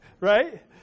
right